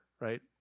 right